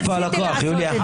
את חלק מסיעה.